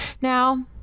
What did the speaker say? Now